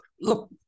Look